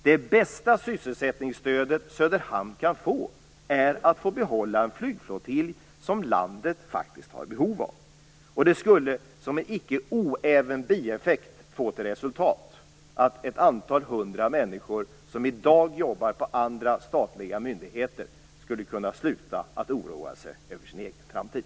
Det bästa sysselsättningsstöd som Söderhamn kan få är att få behålla den flygflottilj som landet faktiskt har behov av. Det skulle som en icke oäven bieffekt få som resultat att ett antal hundra människor, som i dag jobbar på andra statliga myndigheter, skulle kunna sluta att oroa sig över sin egen framtid.